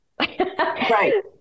Right